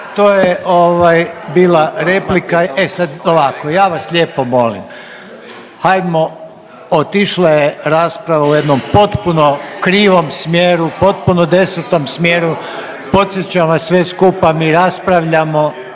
ovaj bila replika. E sad ovako, ja vas lijepo molim hajdmo otišla je rasprava u jednom potpuno krivom smjeru, potpuno desetom smjeru. Podsjećam vas sve skupa mi raspravljamo